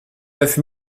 neuf